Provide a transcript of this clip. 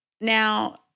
Now